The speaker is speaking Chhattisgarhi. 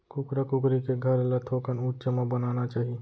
कुकरा कुकरी के घर ल थोकन उच्च म बनाना चाही